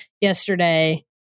yesterday